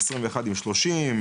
ב-2021 היו 30 תיקי הברחות,